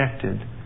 connected